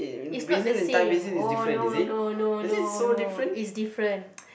is not the same orh no no no no no is different